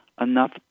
enough